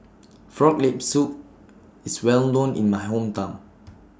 Frog Leg Soup IS Well known in My Hometown